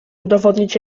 udowodnić